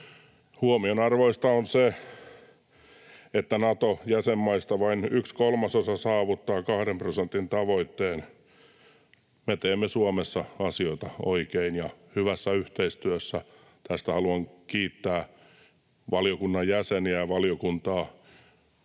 Huomionarvoista on se, että Nato-jäsenmaista vain yksi kolmasosa saavuttaa kahden prosentin tavoitteen — me teemme Suomessa asioita oikein ja hyvässä yhteistyössä. Tästä haluan kiittää valiokunnan jäseniä ja valiokuntaa